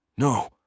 No